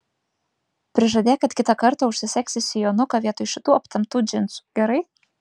prižadėk kad kitą kartą užsisegsi sijonuką vietoj šitų aptemptų džinsų gerai